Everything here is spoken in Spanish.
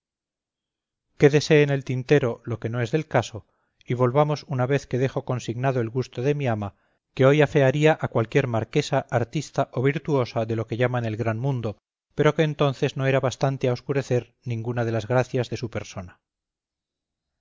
que por mí quédese en el tintero lo que no es del caso y volvamos una vez que dejo consignado el gusto de mi ama que hoy afearía a cualquier marquesa artista o virtuosa de lo que llaman el gran mundo pero que entonces no era bastante a oscurecer ninguna de las gracias de su persona